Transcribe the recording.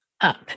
up